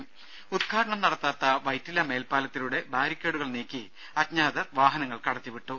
ദേദ ഉദ്ഘാടനം നടത്താത്ത വൈറ്റില മേൽപ്പാലത്തിലൂടെ ബാരിക്കേഡുകൾ നീക്കി അജ്ഞാതർ വാഹനങ്ങൾ കടത്തിവിട്ടു